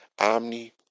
omni